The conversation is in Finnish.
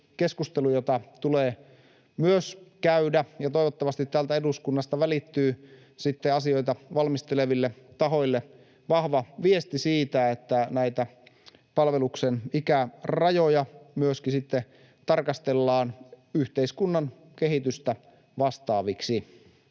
keskustelu, jota tulee myös käydä. Toivottavasti täältä eduskunnasta välittyy asioita valmisteleville tahoille vahva viesti siitä, että näitä palveluksen ikärajoja myöskin tarkastellaan yhteiskunnan kehitystä vastaaviksi.